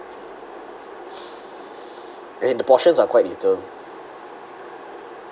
as in the portions are quite little